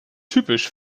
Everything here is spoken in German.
typisch